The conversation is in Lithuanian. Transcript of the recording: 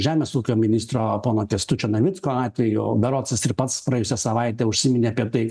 žemės ūkio ministro pono kęstučio navicko atveju berods jis ir pats praėjusią savaitę užsiminė apie tai